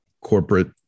corporate